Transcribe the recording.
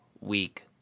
week